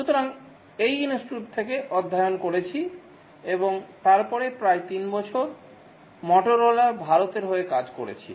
সুতরাং এই ইনস্টিটিউট থেকে অধ্যয়ন করেছি এবং তারপরে প্রায় 3 বছর মোটরোলা ভারতের হয়ে কাজ করেছি